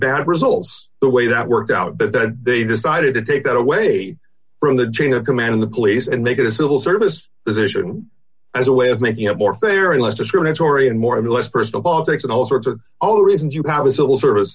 bad results the way that worked out but then they decided to take that away from the chain of command the police and make it a civil service is asian as a way of making it more fair and less discriminatory and more or less personal politics and all sorts of all the reasons you have a civil service